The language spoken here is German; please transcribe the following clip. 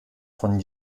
von